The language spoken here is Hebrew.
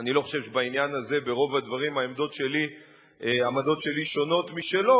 אני לא חושב שבעניין הזה ברוב הדברים העמדות שלי שונות משלו,